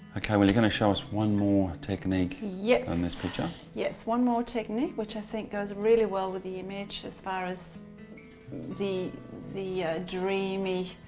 okay well you're going to show us one more technique on this picture. yes. one more technique which i think goes really well with the image as far as the the dreamy,